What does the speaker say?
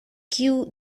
kiu